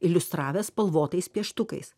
iliustravęs spalvotais pieštukais